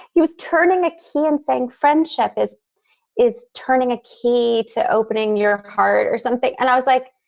he was turning a key and saying friendship is is turning a key to opening your heart or something. and i was like,